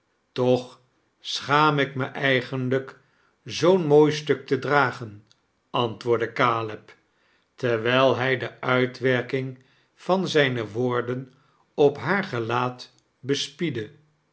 toch schaam ik me eigenlijk zoo'n mooi stuk te dragen antwoordde caleb terwijl hij de uitwerking van zijne woorden op haar gelaat